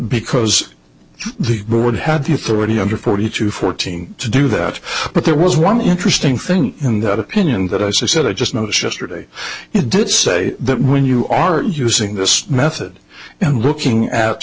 because the board had the authority under forty two fourteen to do that but there was one interesting thing in that opinion that i said i just noticed yesterday it did say that when you are using this method and looking